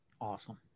Awesome